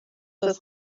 das